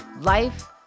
life